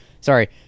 Sorry